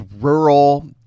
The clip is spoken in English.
rural